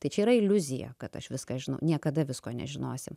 tai čia yra iliuzija kad aš viską žinau niekada visko nežinosim